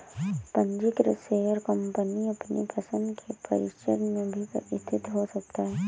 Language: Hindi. पंजीकृत शेयर कंपनी अपनी पसंद के परिसर में भी स्थित हो सकता है